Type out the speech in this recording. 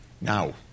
Now